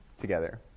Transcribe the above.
together